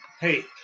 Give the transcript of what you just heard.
Hey